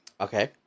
Okay